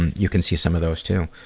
you can see some of those too.